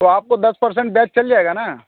तो आपको दस परसेन्ट ब्याज़ चल जाएगा ना